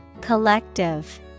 Collective